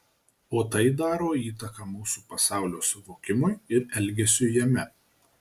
o tai daro įtaką mūsų pasaulio suvokimui ir elgesiui jame